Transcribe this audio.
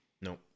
No